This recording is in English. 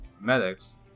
medics